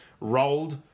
rolled